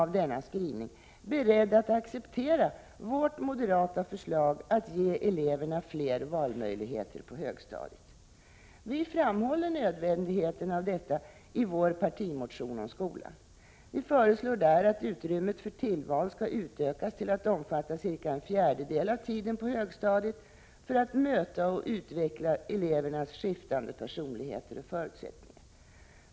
Vi framhåller nödvändigheten av detta i vår partimotion om skolan. Vi föreslår där att utrymmet för tillval skall utökas till att omfatta cirka en fjärdedel av tiden på högstadiet för att möta och utveckla elevernas skiftande personligheter och förutsättningar.